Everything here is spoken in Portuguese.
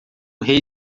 rei